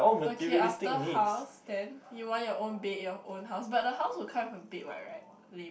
okay after house then you want your own bed your own house but the house will come with a bed what right lame